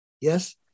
Yes